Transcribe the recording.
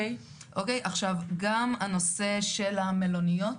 עכשיו גם הנושא של המלוניות,